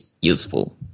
useful